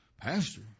pastor